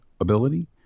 ability